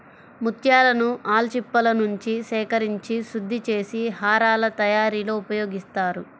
ముత్యాలను ఆల్చిప్పలనుంచి సేకరించి శుద్ధి చేసి హారాల తయారీలో ఉపయోగిస్తారు